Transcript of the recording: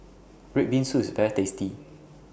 Red Bean Soup IS very tasty